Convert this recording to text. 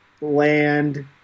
land